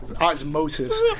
osmosis